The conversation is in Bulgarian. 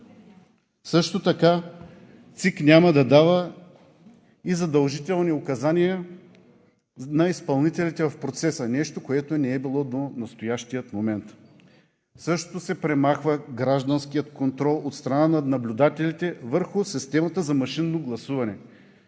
Също така ЦИК няма да дава и задължителни указания на изпълнителите в процеса нещо, което не е било до настоящия момент. Също се премахва гражданският контрол от страна на наблюдателите върху системата за машинно гласуване.